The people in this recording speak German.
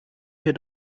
mir